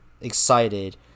excited